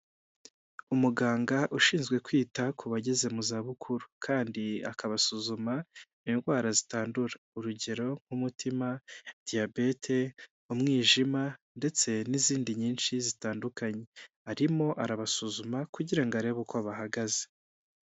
Umuganga ushinzwe kwita ku bageze mu zabukuru, kandi akabasuzuma indwara zitandura. Urugero nk'umutima, diyabete, umwijima ndetse n'izindi nyinshi zitandukanye. Arimo arabasuzuma kugira ngo arebe uko bahagaze.